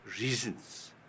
reasons